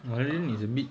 but then it's a bit